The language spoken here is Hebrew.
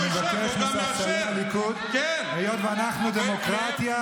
אני מבקש מספסלי הליכוד: היות שאנחנו בדמוקרטיה,